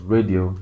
Radio